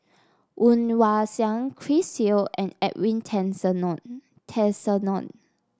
Woon Wah Siang Chris Yeo and Edwin Tessensohn